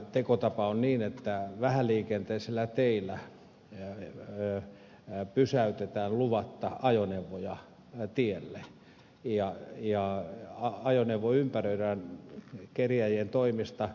tekotapa on niin että vähäliikenteisillä teillä pysäytetään luvatta ajoneuvoja tielle ja ajoneuvo ympäröidään kerjääjien toimesta